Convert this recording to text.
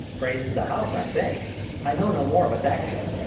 praises the house, i think i know no more but's action.